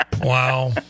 Wow